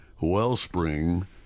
wellspring